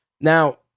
Now